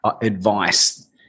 advice